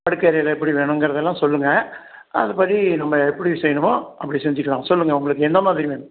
படுக்க அறைகள் எப்படி வேணும்ங்கறதெல்லாம் சொல்லுங்கள் அது படி நம்ம எப்படி செய்யணுமோ அப்படி செஞ்சுக்கலாம் சொல்லுங்கள் உங்களுக்கு எந்த மாதிரி வேணும்